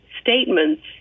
statements